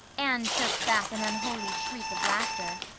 anne choked back an unholy shriek of laughter.